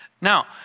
Now